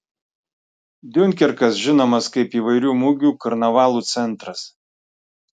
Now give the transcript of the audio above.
diunkerkas žinomas kaip įvairių mugių karnavalų centras